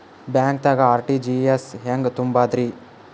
ಬ್ಯಾಂಕ್ದಾಗ ಆರ್.ಟಿ.ಜಿ.ಎಸ್ ಹೆಂಗ್ ತುಂಬಧ್ರಿ?